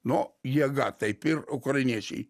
nu jėga taip ir ukrainiečiai